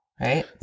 right